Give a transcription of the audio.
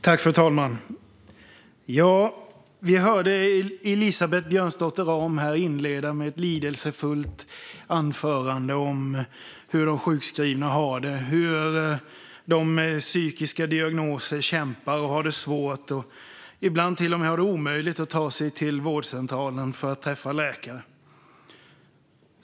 Fru talman! Vi hörde Elisabeth Björnsdotter Rahm inleda med ett lidelsefullt anförande om hur de sjukskrivna har det och om hur de med psykiska diagnoser kämpar och har det svårt och ibland till och med har det omöjligt att ta sig till vårdcentralen för att träffa läkare.